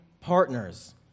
partners